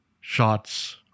shots